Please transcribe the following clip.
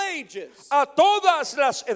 ages